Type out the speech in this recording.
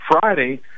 Friday